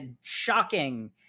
Shocking